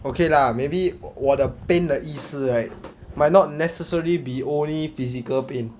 okay lah maybe 我的 pain 的意思 right might not necessary be only physical pain